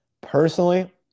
personally